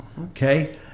Okay